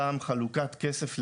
אותם חלוקת כסף לאזרחים,